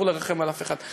אסור לרחם על אף אחד,